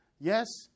Yes